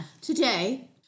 today